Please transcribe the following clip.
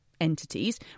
entities